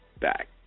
back